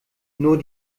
nur